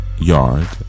yard